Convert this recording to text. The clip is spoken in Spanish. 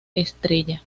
estrella